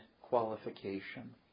qualification